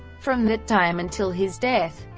from that time until his death,